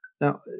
Now